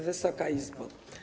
Wysoka Izbo!